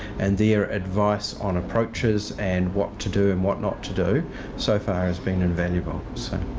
and their advice on approaches and what to do and what not to do so far has been invaluable so,